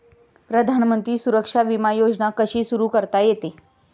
प्रधानमंत्री सुरक्षा विमा योजना कशी सुरू करता येते?